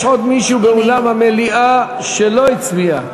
יש עוד מישהו באולם המליאה שלא הצביע?